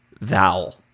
vowel